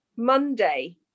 Monday